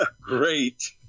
great